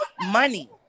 money